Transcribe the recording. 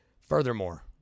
furthermore